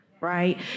right